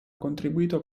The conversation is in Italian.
contribuito